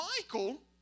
Michael